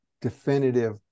definitive